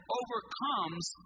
overcomes